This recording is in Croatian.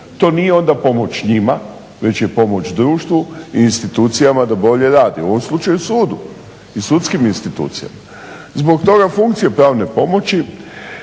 To nije onda pomoć njima, već je pomoć društvu i institucijama da bolje rade, u ovom slučaju sudu. I sudskim institucijama. Zbog toga funkcija pravne pomoći